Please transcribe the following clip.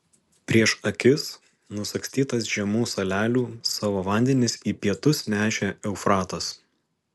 prieš akis nusagstytas žemų salelių savo vandenis į pietus nešė eufratas